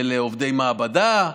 אז, של עובדי מעבדה,